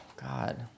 God